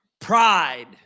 Pride